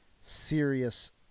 serious